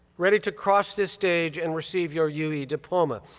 ready to cross this stage and receive your ue ue diploma.